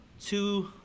two